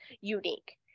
unique